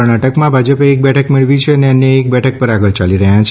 કર્ણાટકમાં ભાજપે એક બેઠક મેળવી છે અને અન્ય એક બેઠક પર આગળ છે